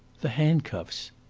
the handcuffs.